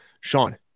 Sean